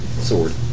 sword